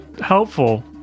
helpful